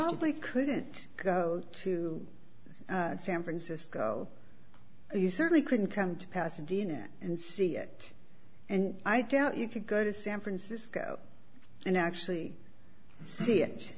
tly couldn't go to san francisco you certainly couldn't come to pasadena and see it and i doubt you could go to san francisco and actually see it